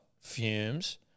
Fumes